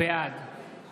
בעד